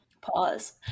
pause